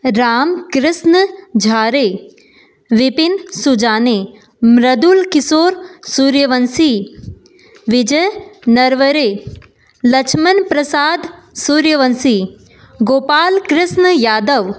Ram Krishna Jhare Vipin Sujane Mridul Kishore Suryavanshi Vijay Narware Laxman Prasad Suryavanshi Gopal Krishna Yadav